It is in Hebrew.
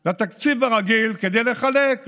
זה לתקציב הרגיל כדי לחלק.